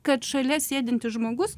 kad šalia sėdintis žmogus